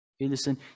listen